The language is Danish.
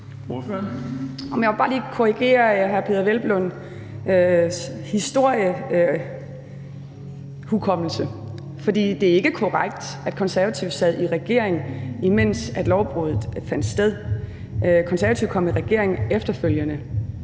Jeg må bare lige korrigere hr. Peder Hvelplunds historiske hukommelse. For det er ikke korrekt, at Konservative sad i regering, mens lovbruddet fandt sted; Konservative kom i regering efterfølgende.